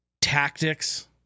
tactics